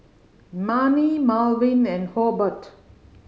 Manie Malvin and Hobert